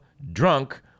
Drunk